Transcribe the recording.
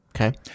Okay